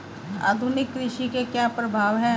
आधुनिक कृषि के क्या प्रभाव हैं?